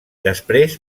després